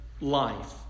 life